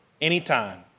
anytime